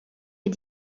est